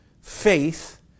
faith